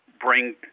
bring